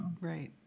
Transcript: right